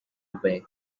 away